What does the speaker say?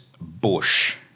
bush